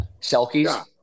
Selkies